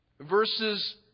Verses